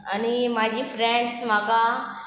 आनी म्हाजी फ्रेंड्स म्हाका